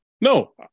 No